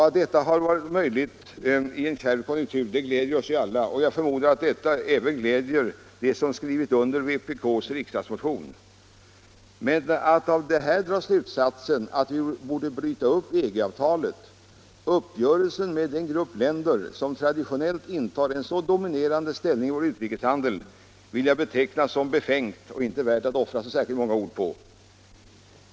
Att detta har varit möjligt i en kärv konjunktur glädjer oss alla — jag förmodar att det glädjer även dem som skrivit under vpk:s riksdagsmotion! Men att därav dra slutsatsen att vi borde bryta upp EG-avtalet — uppgörelsen med den grupp länder som traditionellt intar en så dominerande ställning i vår utrikeshandel — vill jag beteckna som befängt och inte värt att offra så många ord på.